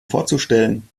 vorzustellen